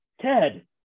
Ted